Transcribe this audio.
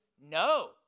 no